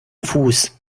fuß